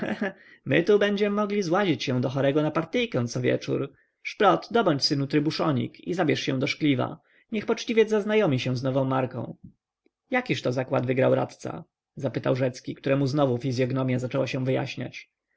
my tu będziem mogli złazić się do chorego na partyjkę co wieczór szprot dobądź synu trybuszonik i zabierz się do szkliwa niech poczciwiec zaznajomi się z nową marką jakiż to zakład wygrał radca zapytał rzecki któremu znowu fizyognomia zaczęła się wyjaśniać